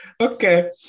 Okay